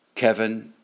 Kevin